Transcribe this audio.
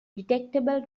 detectable